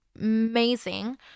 amazing